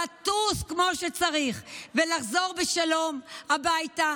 לטוס כמו שצריך ולחזור בשלום הביתה,